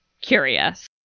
curious